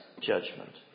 judgment